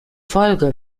folge